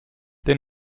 den